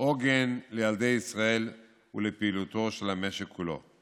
עוגן לילדי ישראל ולפעילותו של המשק כולו.